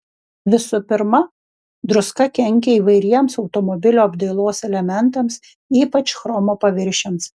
visų pirma druska kenkia įvairiems automobilio apdailos elementams ypač chromo paviršiams